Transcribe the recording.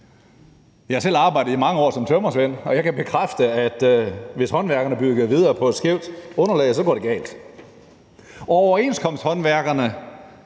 Jeg har selv i mange år arbejdet som tømrersvend, og jeg kan bekræfte, at hvis håndværkerne bygger videre på et skævt underlag, går det galt. Og overenskomsthåndværkerne